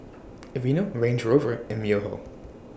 Aveeno Range Rover and Myojo